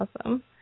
awesome